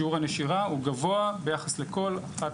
שיעור הנשירה הוא גבוה ביחס לכל אחת